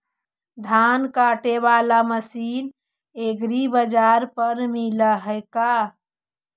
धान काटे बाला मशीन एग्रीबाजार पर मिल है का?